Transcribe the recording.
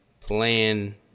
plan